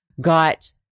got